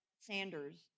Sanders